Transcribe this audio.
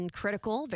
critical